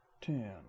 ten